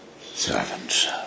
servants